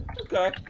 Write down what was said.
Okay